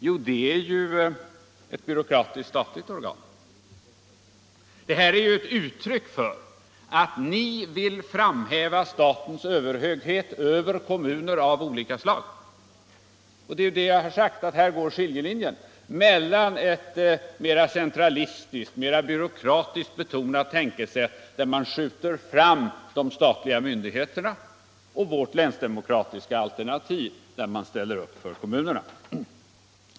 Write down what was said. Jo, det är ett byråkratiskt statligt organ. Det är ett uttryck för att regeringen vill framhäva statens överhöghet över kommuner av olika slag. Här går, som jag har sagt, skiljelinjen mellan ett mera centralistiskt, byråkratiskt betonat tänkesätt, där man skjuter fram de statliga myndigheterna, och vårt länsdemokratiska alternativ, där man ställer upp för kommunerna.